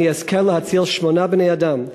אני אזכה להציל שמונה בני-אדם,